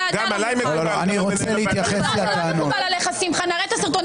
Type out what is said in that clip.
--- תראו איך אתם